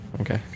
Okay